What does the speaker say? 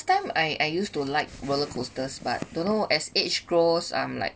time I I used to like roller coasters but don't know as age grows I'm like